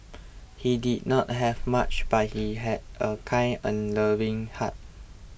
he did not have much but he had a kind and loving heart